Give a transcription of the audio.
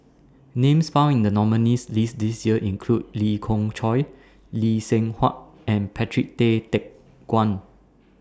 Names found in The nominees' list This Year include Lee Khoon Choy Lee Seng Huat and Patrick Tay Teck Guan